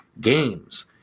games